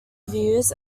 views